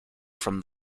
from